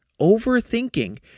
Overthinking